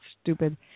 stupid